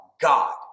God